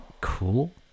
cool